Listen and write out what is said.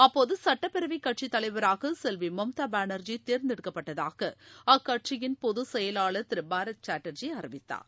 அப்போது சுட்டப்பேரவை கட்சி தலைவராக செல்வி மம்தா பேனர்ஜி தேர்ந்தெடுக்கப்பட்டதாக அக்கட்சியின் பொது செயலாளர் திரு பார்த் சேட்டர்ஜி அறிவித்தார்